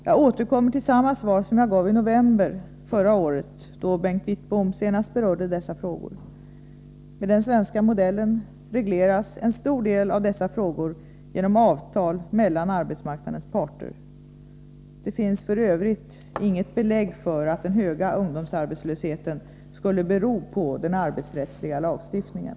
Jag återkommer till samma svar som jag gav i november förra året, då Bengt Wittbom senast berörde dessa frågor. Med den svenska modellen regleras en stor del av dessa frågor genom avtal mellan arbetsmarknadens parter. Det finns f. ö. inget belägg för att den höga ungdomsarbetslösheten skulle bero på den arbetsrättsliga lagstiftningen.